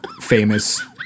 famous